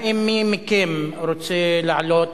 האם מי מכם רוצה לעלות